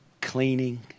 cleaning